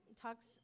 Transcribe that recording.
talks